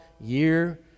year